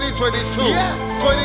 2022